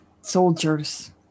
soldiers